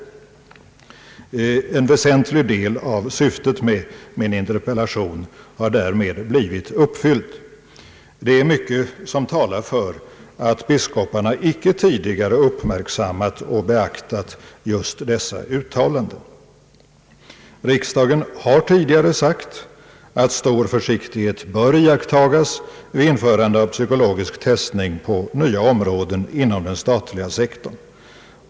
En väsentlig del av syftet med min interpellation har därmed blivit uppfylld. »Det är mycket som talar för att biskoparna tidigare icke har uppmärksammat och beaktat just dessa uttalanden. Riksdagen har tidigare sagt att stor försiktighet bör iakttagas vid införande av psykologisk testning på nya områden inom den statliga sektorn.